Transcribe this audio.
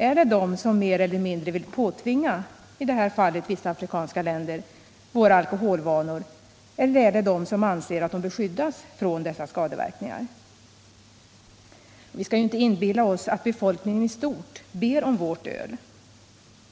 Är det de som mer eller mindre vill påtvinga andra länder, i detta fall några afrikanska länder, våra alkoholvanor, eller är det de som vill skydda dessa länder från skadeverkningar? Vi skall inte inbilla oss att befolkningen där i stort ber om vårt öl.